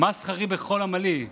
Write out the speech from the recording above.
מה שכרי בכל עמלי?